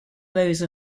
those